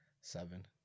seven